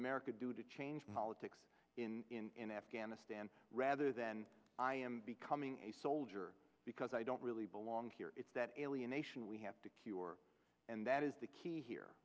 america do to change politics in in afghanistan rather than i am becoming a soldier because i don't really belong here it's that alienation we have to cure and that is the key here